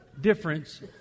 difference